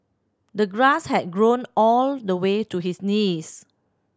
the grass had grown all the way to his knees